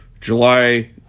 July